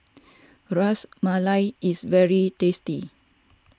Ras Malai is very tasty